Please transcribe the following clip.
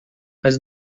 mas